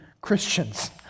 Christians